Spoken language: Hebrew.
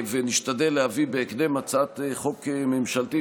ונשתדל להביא בהקדם הצעת חוק ממשלתית